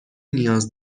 نیاز